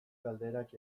galderak